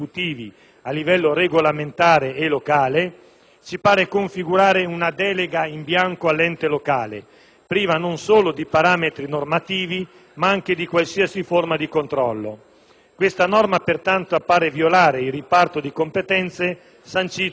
sembra configurare una delega in bianco all'ente locale, priva non solo di parametri normativi, ma anche di qualsiasi forma di controllo. La norma appare pertanto violare il riparto di competenze sancito dalla Costituzione all'articolo 117,